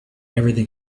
everything